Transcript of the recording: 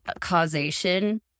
causation